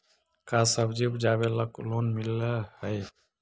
का सब्जी उपजाबेला लोन मिलै हई?